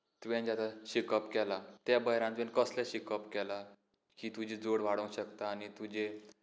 तुवें जें आतां शिकप केलां त्या भायर आनीक तुवें कसलें शिकप केलां की तुजी जोड वाडूंक शकता आनी तुजे